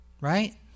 right